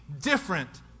different